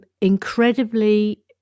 incredibly